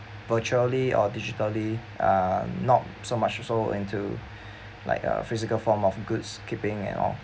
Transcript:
virtually or digitally uh not so much or so into like a physical form of goods keeping and all